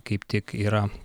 kaip tik yra